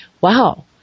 Wow